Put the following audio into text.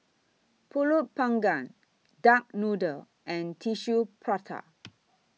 Pulut Panggang Duck Noodle and Tissue Prata